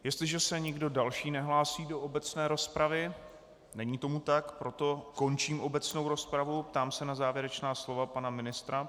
Jestliže se nikdo další nehlásí do obecné rozpravy, není tomu tak, proto končím obecnou rozpravu a ptám se na závěrečná slova pana ministra.